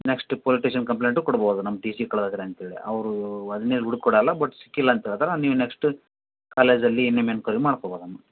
next police station complaint ಕೊಡ್ಬೋದು ನಮ್ಮ T C ಕಳ್ದಿದೆ ರೀ ಅಂತ್ಹೇಳಿ ಅವರು ಒಂದಿನ ಹುಡುಕಿ ಕೊಡೋಲ್ಲ ಬಟ್ ಸಿಕ್ಕಿಲ್ಲ ಅಂತ ಹೇಳ್ತಾರೆ ನೀವು ನೆಕ್ಸ್ಟ್ ಕಾಲೇಜಲ್ಲಿ ನಿಮ್ಮ ಎನ್ಕ್ವೆರಿ ಮಾಡ್ಕೊಬೋದಮ್ಮ